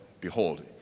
behold